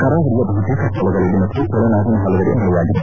ಕರಾವಳಿಯ ಬಹುತೇಕ ಸ್ಥಳಗಳಲ್ಲಿ ಮತ್ತು ಒಳನಾಡಿನ ಪಲವೆಡೆ ಮಳೆಯಾಗಿದೆ